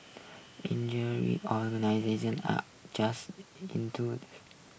injury organisers are just into